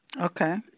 Okay